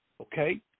okay